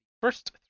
First